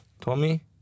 Tommy